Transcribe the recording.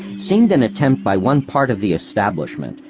seemed an attempt by one part of the establishment,